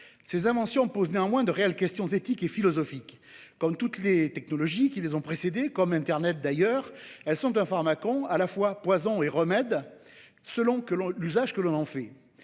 Ces inventions posent néanmoins de réelles questions éthiques et philosophiques. Comme toutes les technologies qui les ont précédées, par exemple internet, elles sont un, à la fois poison et remède selon l'usage que l'on en fait.